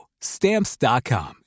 Stamps.com